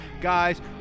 Guys